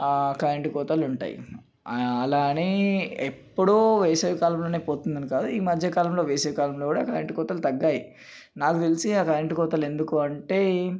current కోతలు ఉంటాయి అలా అని ఎప్పుడో వేసవికాలంలోనే పోతుందని కాదు ఈ మధ్యకాలంలో వేసవికాలంలో కూడా కరెంటు కోతలు తగ్గాయి నాకు తెలిసి ఆ కరెంటు కోతలు ఎందుకు అంటే